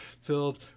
filled